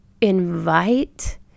invite